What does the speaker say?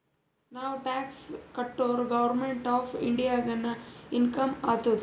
ನಾವ್ ಟ್ಯಾಕ್ಸ್ ಕಟುರ್ government of ಇಂಡಿಯಾಗ ಇನ್ಕಮ್ ಆತ್ತುದ್